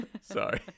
Sorry